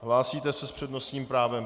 Hlásíte se s přednostním právem.